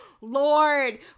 lord